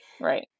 Right